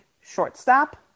shortstop